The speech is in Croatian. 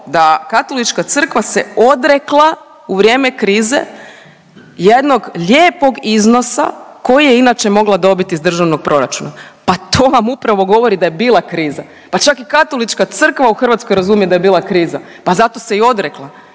da Katolička crkva se odrekla u vrijeme krize jednog lijepog iznosa koji je inače mogla dobiti iz Državnog proračuna. Pa to vam upravo govori da je bila kriza. Pa čak i Katolička crkva u Hrvatskoj razumije da je bila kriza. Pa zato se i odrekla,